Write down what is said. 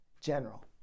general